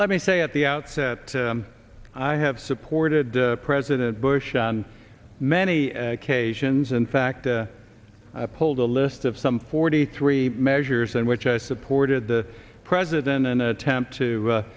let me say at the outset i have supported president bush on many occasions in fact i pulled a list of some forty three measures in which i supported the president in an attempt to